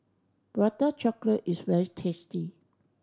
Prata Chocolate is very tasty